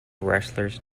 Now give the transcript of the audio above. wrestlers